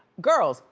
girls,